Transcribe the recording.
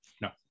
No